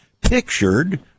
pictured